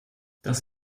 das